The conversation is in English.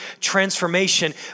transformation